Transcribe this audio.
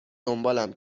دنبالم